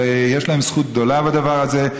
ויש להם זכות גדולה בדבר הזה.